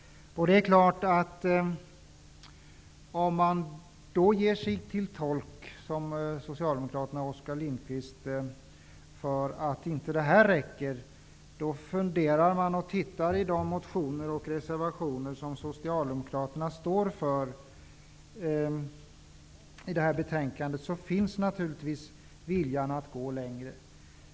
Socialdemokraterna och Oskar Lindkvist säger att åtgärderna inte är tillräckliga. Man kan i de motioner och reservationer till betänkandet som Socialdemokraterna står för naturligtvis se viljan att gå längre.